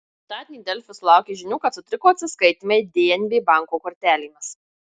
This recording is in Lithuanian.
šeštadienį delfi sulaukė žinių kad sutriko atsiskaitymai dnb banko kortelėmis